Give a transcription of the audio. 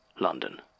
London